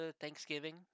Thanksgiving